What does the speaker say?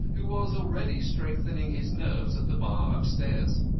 who was already strengthening his nerves at the bar upstairs.